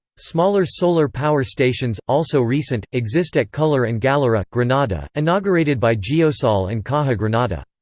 smaller solar power stations, also recent, exist at cullar and galera, granada, inaugurated by geosol and caja granada.